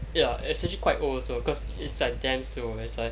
ya it's actually quite old also cause it's like damn slow it's like